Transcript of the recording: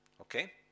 Okay